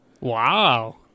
Wow